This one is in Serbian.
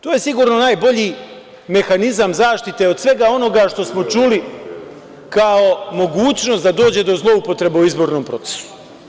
To je sigurno najbolji mehanizam zaštite od svega onoga što smo čuli kao mogućnost da dođe do zloupotreba u izbornom procesu.